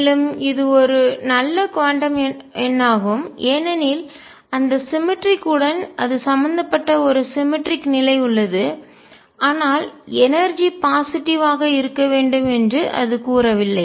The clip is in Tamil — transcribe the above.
மேலும் இது ஒரு நல்ல குவாண்டம் எண்ணாகும் ஏனெனில் அந்த சிமெட்ரிக் சமச்சீருடன் உடன் அது சம்பந்தப்பட்ட ஒரு சிமெட்ரிக் சமச்சீர் நிலை உள்ளது ஆனால் எனர்ஜிஆற்றல் பாசிட்டிவ் நேர்மறையாக ஆக இருக்க வேண்டும் என்று அது கூறவில்லை